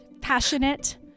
passionate